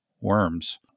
worms